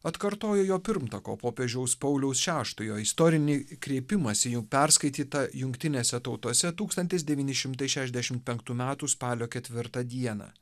atkartojo jo pirmtako popiežiaus pauliaus šeštojo istorinį kreipimąsi jau perskaitytą jungtinėse tautose tūkstantis devyni šimtai šešiasdešim penktų metų spalio ketvirtą dieną